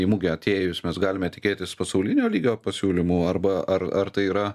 į mugę atėjus mes galime tikėtis pasaulinio lygio pasiūlymų arba ar ar tai yra